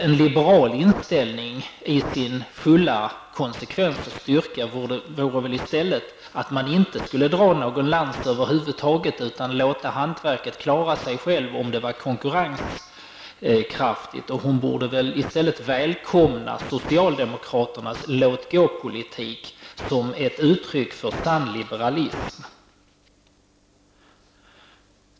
En liberal inställning i sin fulla konsekvens och styrka vore i stället att inte dra någon lans över huvud taget utan låta hantverket klara sig självt om det är konkurrenskraftigt. Hon borde i stället välkomna socialdemokraternas låt-gå-politik som ett uttryck för sann liberalism.